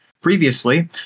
previously